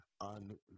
on